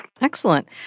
Excellent